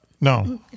No